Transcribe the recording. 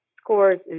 scores